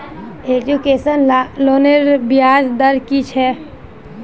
Education लोनेर ब्याज दर कि छे?